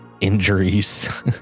injuries